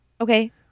Okay